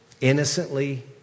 Innocently